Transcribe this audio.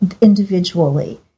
individually